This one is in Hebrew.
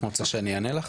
רוצה שאני אענה לך?